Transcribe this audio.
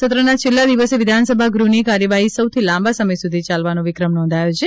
સત્રના છેલ્લાં દિવસે વિધાનસભા ગૃહની કાર્યવાહી સૌથી લાંબા સમય સુધી ચાલવાનો વિક્રમ નોંધાયો છે